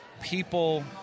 people